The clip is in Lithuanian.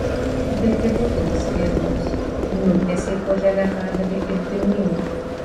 bepigu toms firmoms nutiesei po žeme kabelį ir pirmyn